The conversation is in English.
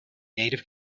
native